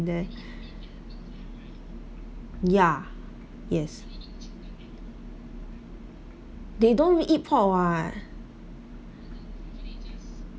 there ya yes they don't eat pork [one]